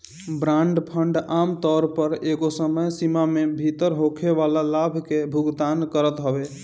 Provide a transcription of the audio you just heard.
bond fund आमतौर पअ एगो समय सीमा में भीतर होखेवाला लाभ के भुगतान करत हवे